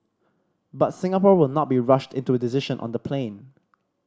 but Singapore will not be rushed into a decision on the plane